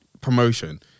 promotion